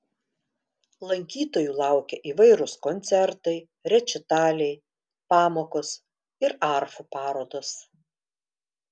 lankytojų laukia įvairūs koncertai rečitaliai pamokos ir arfų parodos